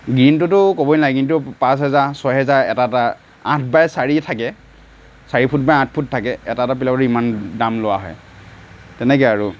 দিনটোতো ক'বই নালাগে কিন্তু পাঁচহেজাৰ ছহেজাৰ এটা এটা আঠ বাই চাৰি থাকে চাৰি ফুট বা আঠ ফুট থাকে এটা এটা প্লাই বৰ্ডৰে ইমান দাম লোৱা হয় তেনেকৈ আৰু